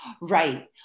Right